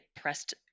pressed